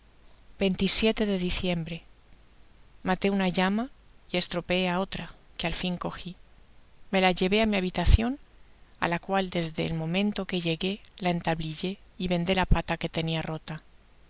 de diciembre maté una llama y estropeé á otra que al fin cogi me la llevé á mi habitacion á la cual desde el momento que llegué la entablillé y vendé la pata que tenia rota